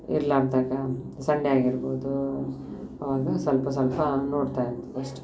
ಇರಲಾರ್ದಾಗ Sunday ಆಗಿರ್ಬೋದು ಆವಾಗ ಸ್ವಲ್ಪ ಸ್ವಲ್ಪ ನೋಡ್ತಾಯಿರ್ತೀವಿ ಅಷ್ಟೇ